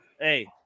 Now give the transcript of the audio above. Hey